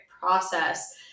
process